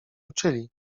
uczyli